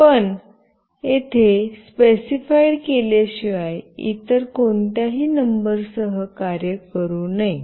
पण तेयेथे स्पेसिफाइड केल्याशिवाय इतर कोणत्याही नंबरसह कार्य करू नये